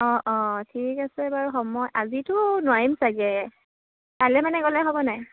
অঁ অঁ ঠিক আছে বাৰু সময় আজিতো নোৱাৰিম চাগৈ কাইলৈ মানে গ'লে হ'ব নাই